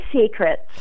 secrets